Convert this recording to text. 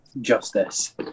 justice